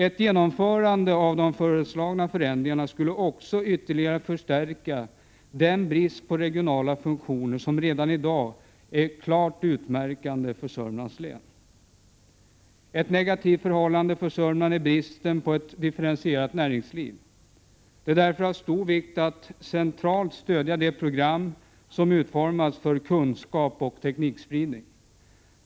Ett genomförande av de förslagna förändringarna skulle också ytterligare förstärka den brist på regionala funktioner som redan i dag är klart utmärkande för Sörmlands län. Ett negativt förhållande för Sörmland är bristen på ett differentierat näringsliv. Det är därför av stor vikt att det program som utformats för kunskapsoch teknikspridning stöds centralt.